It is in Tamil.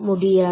முடியாது